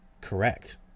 correct